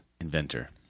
inventor